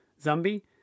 Zombie